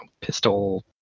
pistol